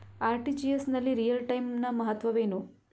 RTGS ನಲ್ಲಿ real time ನ ಮಹತ್ವವೇನು?